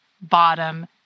bottom